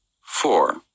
Four